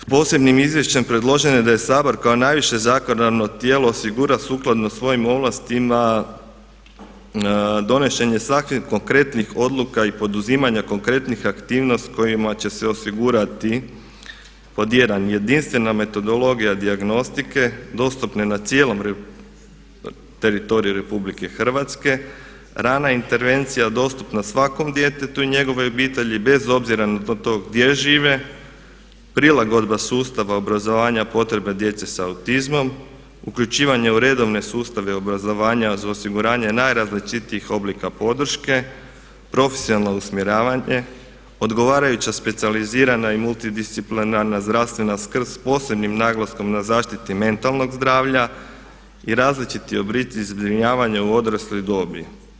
Posebnim izvješćem predloženo je da Sabor kao najviše zakonodavno tijelo osigura sukladno svojim ovlastima donošenje takvih konkretnih odluka i poduzimanja konkretnih aktivnosti kojima će se osigurati pod jedan jedinstvena metodologija dijagnostike dostupne na cijelom teritoriju Republike Hrvatske, rana intervencija dostupna svakom djetetu i njegovoj obitelji bez obzira na to gdje žive, prilagodba sustava obrazovanja potrebe djece sa autizmom, uključivanje u redovne sustave obrazovanja uz osiguranje najrazličitijih oblika podrške, profesionalno usmjeravanje, odgovarajuća specijalizirana i multidisciplinarna zdravstvena skrb s posebnim naglaskom na zaštiti mentalnog zdravlja i različiti oblici zbrinjavanja u odrasloj dobi.